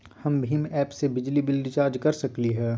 हम भीम ऐप से बिजली बिल रिचार्ज कर सकली हई?